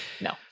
No